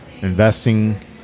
investing